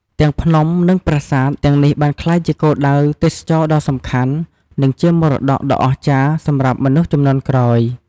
ទាំងភ្នំ និងប្រាសាទទាំងនេះបានក្លាយជាគោលដៅទេសចរណ៍ដ៏សំខាន់ និងជាមរតកដ៏អស្ចារ្យសម្រាប់មនុស្សជំនាន់ក្រោយ។